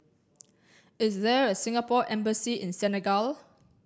is there a Singapore embassy in Senegal